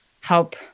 help